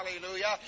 Hallelujah